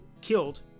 killed